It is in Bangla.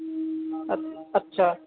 আচ্ছা